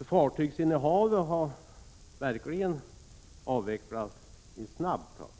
Fartygsinnehavet har således avvecklats i snabb takt.